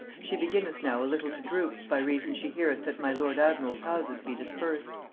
she beginneth now a little to droop, by reason she heareth that my lord-admiral's houses be dispersed.